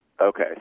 Okay